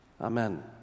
Amen